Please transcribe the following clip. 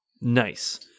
Nice